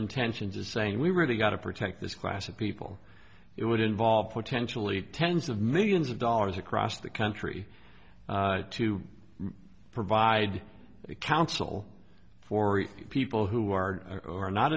intentions is saying we really got to protect this class of people it would involve potentially tens of millions of dollars across the country to provide counsel for people who are are